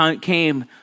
came